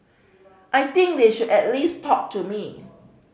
I think they should at least talk to me